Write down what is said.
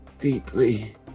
deeply